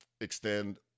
extend